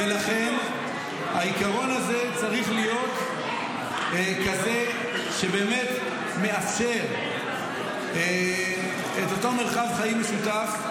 ולכן העיקרון הזה צריך להיות כזה שבאמת מאפשר את אותו מרחב חיים משותף.